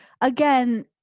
again